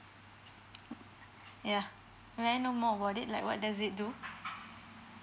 yeah may I know more about it like what does it do